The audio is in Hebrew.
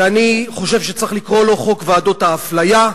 שאני חושב שצריך לקרוא לו חוק ועדות האפליה,